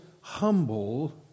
humble